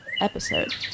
episode